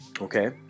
okay